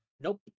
Nope